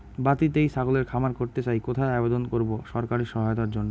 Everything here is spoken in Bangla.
বাতিতেই ছাগলের খামার করতে চাই কোথায় আবেদন করব সরকারি সহায়তার জন্য?